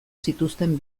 zituzten